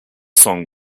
song